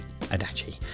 Adachi